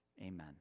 Amen